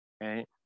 Right